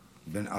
בן.